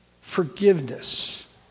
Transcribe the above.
Forgiveness